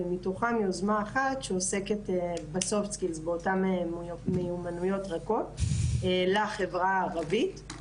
ומתוכן יוזמה אחת שעוסקת באותן מיומנויות רכות לחברה הערבית.